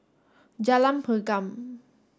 Jalan Pergam